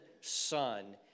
son